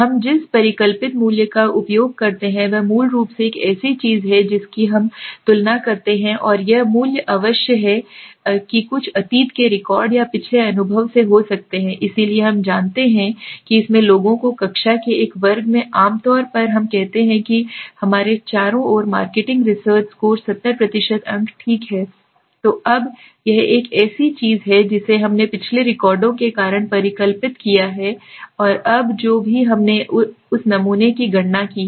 हम जिस परिकल्पित मूल्य का उपयोग करते हैं वह मूल रूप से एक ऐसी चीज है जिसकी हम तुलना करते हैं और यह मूल्य अवश्य है कुछ अतीत के रिकॉर्ड या पिछले अनुभव से हो सकते हैं इसलिए हम जानते हैं कि इसमें लोगों को कक्षा के एक वर्ग में आम तौर पर हम कहते हैं कि हमारे चारों ओर मार्केटिंग रिसर्च स्कोर 70 अंक है ठीक है तो अब यह एक ऐसी चीज है जिसे हमने पिछले रिकॉर्डों के कारण परिकल्पित किया है और अब जो भी हमने उस एक नमूने से गणना की है